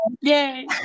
Yay